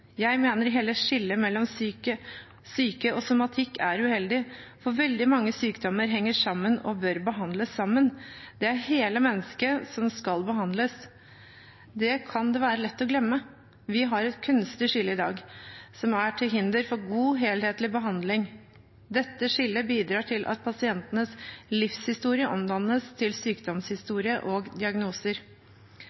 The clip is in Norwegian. Jeg mener hele skillet mellom psyke og somatikk er uheldig, for veldig mange sykdommer henger sammen og bør behandles sammen. Det er hele mennesket som skal behandles – det kan det være lett å glemme. Vi har et kunstig skille i dag, som er til hinder for god, helhetlig behandling. Dette skillet bidrar til at pasientenes livshistorie omdannes til